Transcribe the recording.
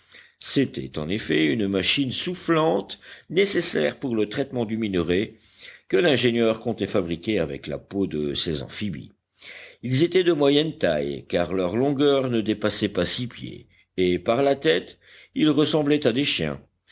c'était en effet une machine soufflante nécessaire pour le traitement du minerai que l'ingénieur comptait fabriquer avec la peau de ces amphibies ils étaient de moyenne taille car leur longueur ne dépassait pas six pieds et par la tête ils ressemblaient à des chiens